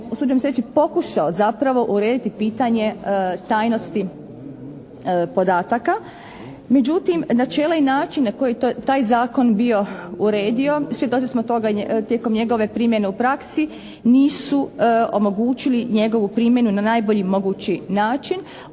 usuđujem se reći, pokušao zapravo urediti pitanje tajnosti podataka. Međutim načela i način na koji je taj zakon bio uredio, svjedoci smo toga tijekom njegove primjene u praksi, nisu omogućili njegovu primjenu na najbolji mogući način.